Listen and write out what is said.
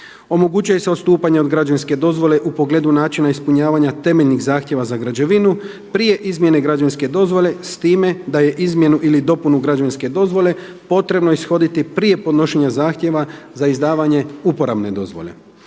Omogućuje se odstupanje od građevinske dozvole u pogledu načina ispunjavanja temeljnih zahtjeva za građevinu prije izmjene građanske dozvole s time da je izmjenu ili dopunu građevinske dozvole potrebno ishoditi prije podnošenja zahtjeva za izdavanje uporabne dozvole.